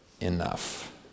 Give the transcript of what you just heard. enough